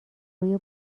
روی